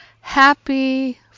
happy